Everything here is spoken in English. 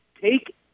take